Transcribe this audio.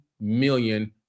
million